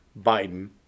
Biden